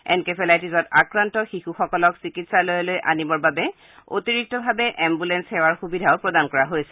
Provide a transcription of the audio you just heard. এনকেফেলাইটিছত আক্ৰান্ত শিশুসকলক চিকিৎসালয়লৈ আনিবৰ বাবে অতিৰিক্তভাৱে এঘুলেঞ্চ সেৱাৰ সুবিধা প্ৰদান কৰা হৈছে